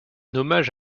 hommage